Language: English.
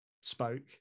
spoke